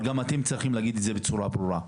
אבל גם אתם צריכים להגיד את זה בצורה ברורה.